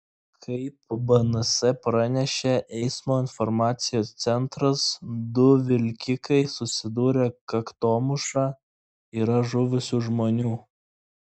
kaip bns pranešė eismo informacijos centras du vilkikai susidūrė kaktomuša yra žuvusių žmonių